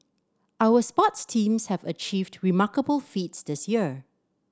our sports teams have achieved remarkable feats this year